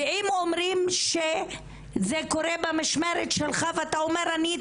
ואם אומרים שזה קורה במשמרת שלך ואתה אומר שאתה